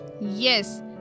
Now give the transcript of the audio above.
Yes